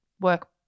work